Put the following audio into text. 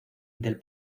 del